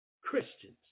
Christians